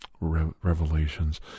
revelations